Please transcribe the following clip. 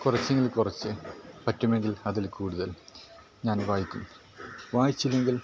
കുറച്ചെങ്കിൽ കുറച്ച് പറ്റുമെങ്കിൽ അതിൽ കൂടുതൽ ഞാൻ വായിക്കും വായിച്ചില്ലെങ്കിൽ